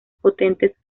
potentes